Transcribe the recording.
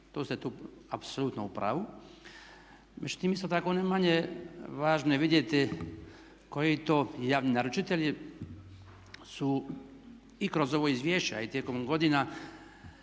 To ste tu apsolutno u pravu. Međutim, isto tako ne manje važno je vidjeti koji to javni naručitelji su i kroz ovo izvješće a i tijekom godina